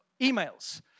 emails